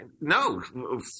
No